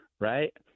Right